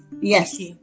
Yes